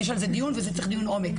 יש על זה דיון, וזה צריך דיון עומק.